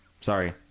Sorry